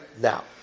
Now